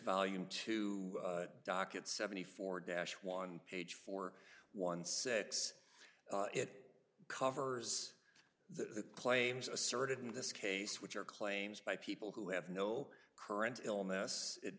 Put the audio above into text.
volume two docket seventy four dash one page four one six it covers the claims asserted in this case which are claims by people who have no current illness it